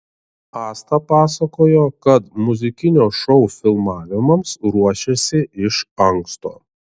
asta pasakojo kad muzikinio šou filmavimams ruošėsi iš anksto